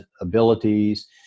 abilities